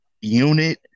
unit